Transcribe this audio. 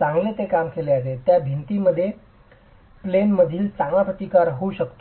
चांग ले काम केले जाते त्या भिंतींमध्ये प्लेन मधील चांगला प्रतिकार होऊ शकतो